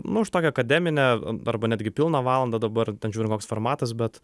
nu už tokią akademinę arba netgi pilną valandą dabar ten žiūrint koks formatas bet